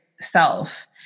self